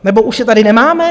Nebo už je tady nemáme?